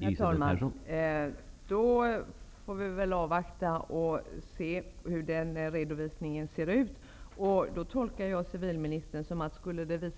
Herr talman! Då får jag väl avvakta och se hur denna redovisning ser ut. Jag tolkar civilministern på ett